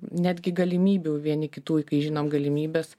netgi galimybių vieni kitų ir kai žinom galimybes